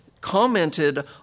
commented